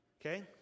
Okay